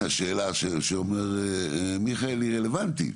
השאלה שאומר מיכאל היא רלוונטית,